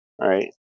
right